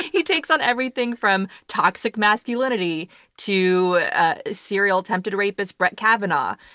he takes on everything from toxic masculinity to ah serial attempted rapist brett kavanaugh,